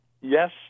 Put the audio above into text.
yes